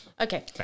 Okay